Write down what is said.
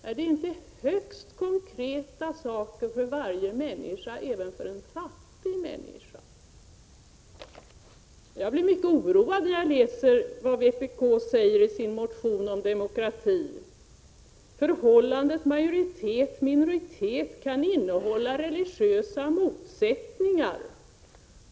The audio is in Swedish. Är det inte högst konkreta ting för varje människa, även för en fattig människa? Jag blir mycket oroad när jag läser vad vpk skriver om demokrati i sin motion: ”Förhållandet majoritet-minoritet kan innehålla religiösa motsätt ningar.